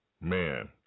man